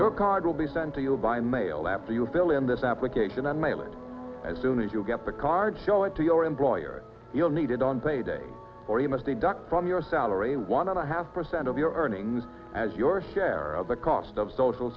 your card will be sent to you by mail after you bill in this application and mail it as soon as you get the card show it to your employer you'll need it on payday or you must be docked from your salary one and a half percent of your earnings as your share of the cost of social